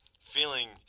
feeling